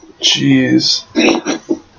Jeez